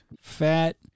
fat